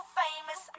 famous